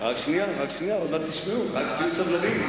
רק שנייה, עוד מעט תשמעו, תהיו סובלניים.